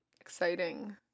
Exciting